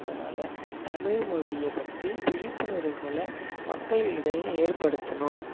அதனால தமிழ்மொழியை பற்றி விழிப்புணர்வுகள மக்கள்களிடைய ஏற்படுத்தணும்